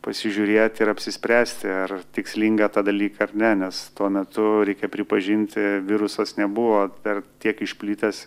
pasižiūrėti ir apsispręsti ar tikslinga tą dalyką ar ne nes tuo metu reikia pripažinti virusas nebuvo dar tiek išplitęs